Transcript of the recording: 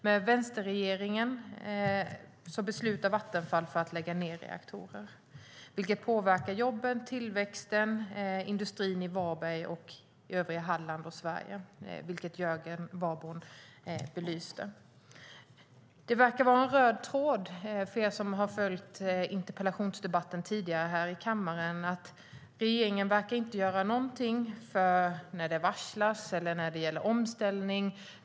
Med vänsterregeringen beslutar Vattenfall att lägga ned reaktorer, vilket påverkar jobben, tillväxten och industrin i Varberg, övriga Halland och Sverige, vilket Jörgen Warborn belyste. De som följt interpellationsdebatterna tidigare här i kammaren kan se att det verkar finnas en röd tråd. Regeringen verkar inte göra någonting när det varslas och när det ska ske omställningar.